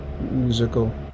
musical